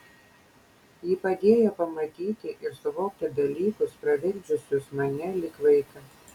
ji padėjo pamatyti ir suvokti dalykus pravirkdžiusius mane lyg vaiką